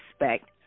respect